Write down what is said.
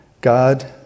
God